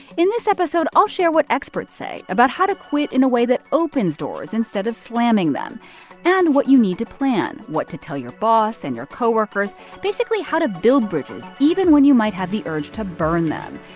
in this episode, i'll share what experts say about how to quit in a way that opens doors instead of slamming them and what you need to plan what to tell your boss and your co-workers basically, how to build bridges even when you might have the urge to burn them.